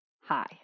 Hi